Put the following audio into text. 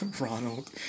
Ronald